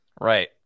Right